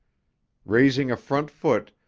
raising a front foot,